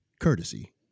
courtesy